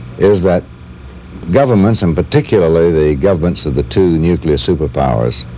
is that governments, and particularly the governments of the two nuclear superpowers,